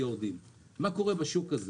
מה קורה בשוק הזה?